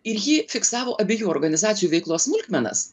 ir ji fiksavo abiejų organizacijų veiklos smulkmenas